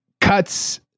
cuts